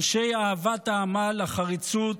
אנשי אהבת העמל, החריצות,